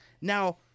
Now